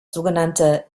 sogenannte